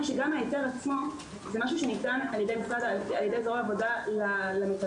העניין הוא שגם ההיתר עצמו זה משהו שניתן על-ידי זרוע העבודה למתווך,